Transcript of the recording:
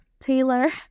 taylor